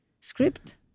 script